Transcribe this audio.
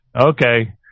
Okay